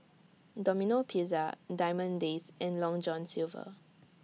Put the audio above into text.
Domino Pizza Diamond Days and Long John Silver